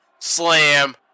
Slam